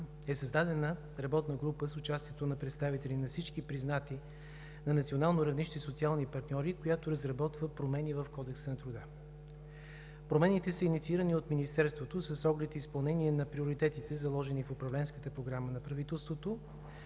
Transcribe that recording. е създадена работна група с участието на представители на всички признати на национално равнище социални партньори, която разработва промени в Кодекса на труда. Промените са инициирани от Министерството с оглед изпълнение на приоритетите, заложени в Управленската програма на правителството,